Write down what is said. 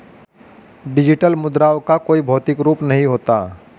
digital मुद्राओं का कोई भौतिक रूप नहीं होता